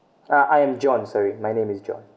uh I am john sorry my name is john